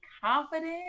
confident